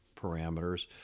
parameters